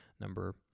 number